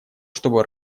чтобы